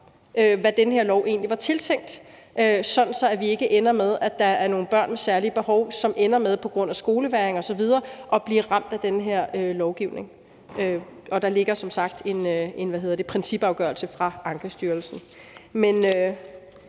hvad den her lov egentlig var tiltænkt, sådan at vi ikke ender med, at der er nogle børn med særlige behov, som på grund af skolevægring osv. ender med at blive ramt af den her lovgivning. Der ligger som sagt en principafgørelse fra Ankestyrelsen.